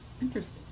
interesting